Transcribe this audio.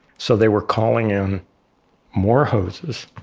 so they were calling in more hoses